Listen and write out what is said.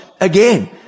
again